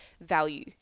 value